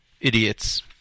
idiots